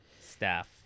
staff